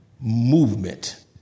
movement